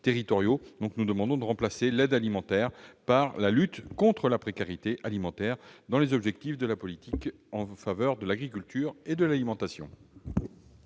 nous proposons de remplacer l'aide alimentaire par la lutte contre la précarité alimentaire dans les objectifs de la politique en faveur de l'agriculture et de l'alimentation.